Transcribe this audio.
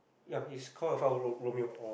ya it's call Alfa-Ro~ Romeo